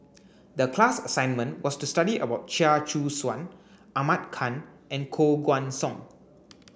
the class assignment was to study about Chia Choo Suan Ahmad Khan and Koh Guan Song